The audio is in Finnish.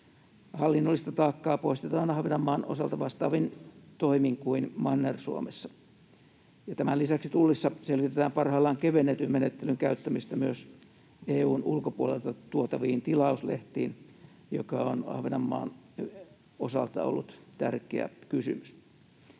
Hallinnollista taakkaa poistetaan Ahvenanmaan osalta vastaavin toimin kuin Manner-Suomessa. Tämän lisäksi Tullissa selvitetään parhaillaan kevennetyn menettelyn käyttämistä myös EU:n ulkopuolelta tuotaviin tilauslehtiin, mikä on Ahvenanmaan osalta ollut tärkeä kysymys.